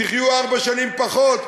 תחיו ארבע שנים פחות,